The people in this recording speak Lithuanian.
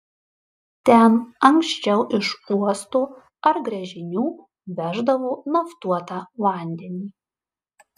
ten anksčiau iš uosto ar gręžinių veždavo naftuotą vandenį